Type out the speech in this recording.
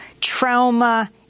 Trauma